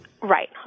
right